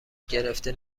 گرفته